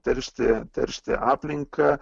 teršti teršti aplinką